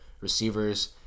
receivers